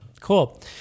cool